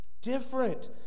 different